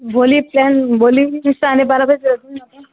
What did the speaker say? भोलि प्लान भोलि साढे बाह्र बजेतिर जाऊँ न त